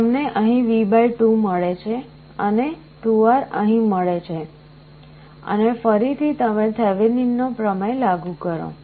તમને અહીં V2 મળે છે અને 2R અહીં મળે છે અને ફરીથી તમે થેવેનિનનો પ્રમેય લાગુ કરો